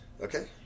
okay